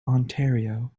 ontario